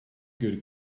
good